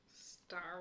Star